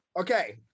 Okay